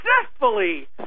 successfully –